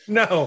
no